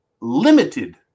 limited